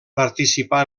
participar